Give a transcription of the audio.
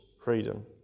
freedom